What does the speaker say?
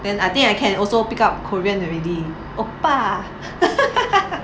then I think I can also pick up korean already oppa